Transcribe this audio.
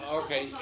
okay